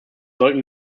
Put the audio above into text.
sollten